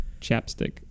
chapstick